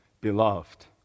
beloved